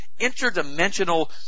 interdimensional